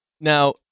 now